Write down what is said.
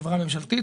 חברה ממשלתית,